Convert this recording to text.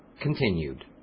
continued